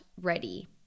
ready